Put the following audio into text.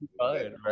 Right